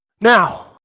Now